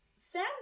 Sam